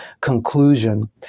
conclusion